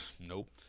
Nope